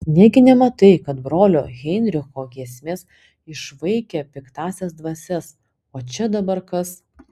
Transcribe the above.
negi nematai kad brolio heinricho giesmės išvaikė piktąsias dvasias o čia dabar kas